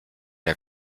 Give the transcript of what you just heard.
der